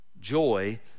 joy